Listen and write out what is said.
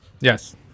Yes